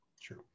Sure